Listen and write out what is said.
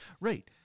Right